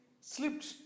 slipped